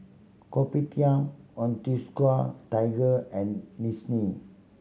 Kopitiam Onitsuka Tiger and